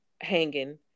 hanging